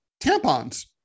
tampons